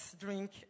drink